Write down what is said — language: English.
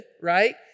right